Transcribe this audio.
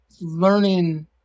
learning